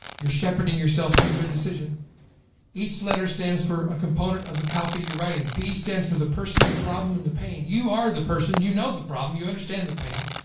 you're shepherding yourself to a good decision each letter stands for a component of the copy you're writing. p, stands for the person, the problem and the pain. you are the person, you know the problem, you understand the pain.